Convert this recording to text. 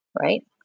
right